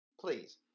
please